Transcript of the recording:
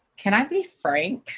can i be frank?